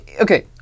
Okay